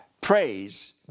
Praise